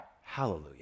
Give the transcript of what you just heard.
Hallelujah